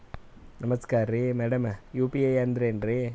ನಮಸ್ಕಾರ್ರಿ madam UPI ಅಂದ್ರೆನ್ರಿ?